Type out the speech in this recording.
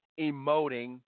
emoting